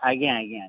ଆଜ୍ଞା ଆଜ୍ଞା